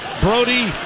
Brody